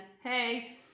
hey